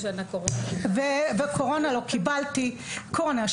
בקורונה לא קיבלתי כלום.